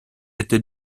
était